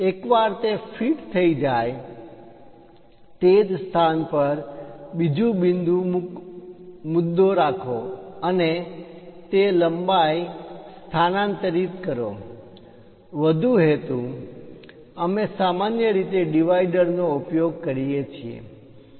એકવાર તે fit fix થઈ જાય તે જ સ્થાન પર બીજુ બિંદુ મુદ્દો રાખો અને તે લંબાઈ સ્થાનાંતરિત કરો વધુ હેતુ અમે સામાન્ય રીતે ડિવાઈડર નો વિભાજક નો ઉપયોગ કરીએ છીએ